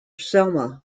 selma